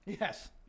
Yes